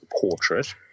portrait